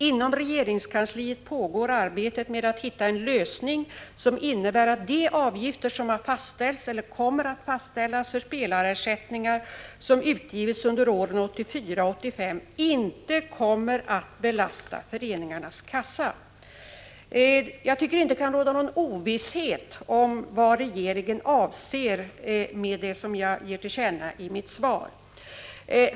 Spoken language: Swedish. Inom regeringskansliet pågår arbetet med att hitta en lösning som innebär att de avgifter som har fastställts eller kommer att fastställas för spelarersättningar som utgivits under åren 1984 och 1985 inte kommer att belasta föreningarnas kassa.” Jag tycker att det inte kan råda någon ovisshet om vad regeringen avser med det som jag ger till känna i mitt svar.